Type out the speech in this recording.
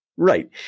Right